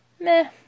Meh